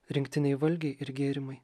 rinktiniai valgiai ir gėrimai